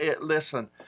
Listen